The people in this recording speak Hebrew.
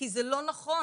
כי זה לא נכון,